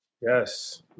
Yes